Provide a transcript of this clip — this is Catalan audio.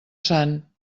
sant